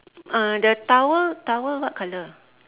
uh the towel towel what colour